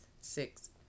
six